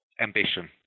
ambition